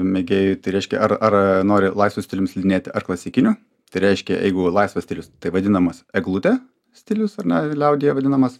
mėgėjui tai reiškia ar ar nori laisvu stilium slidinėti ar klasikiniu tai reiškia jeigu laisvas stilius taip vadinamas eglutė stilius ar ne liaudyje vadinamas